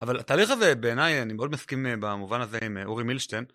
אבל התהליך הזה בעיניי אני מאוד מסכים במובן הזה עם אורי מילשטיין.